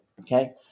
Okay